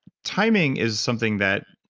timing is something that,